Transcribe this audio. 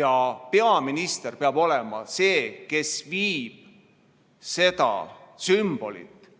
Ja peaminister peab olema see, kes viib seda sümbolit